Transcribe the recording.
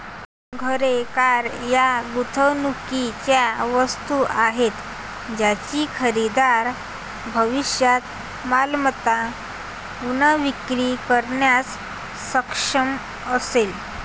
घरे, कार या गुंतवणुकीच्या वस्तू आहेत ज्याची खरेदीदार भविष्यात मालमत्ता पुनर्विक्री करण्यास सक्षम असेल